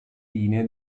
linee